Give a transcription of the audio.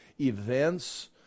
events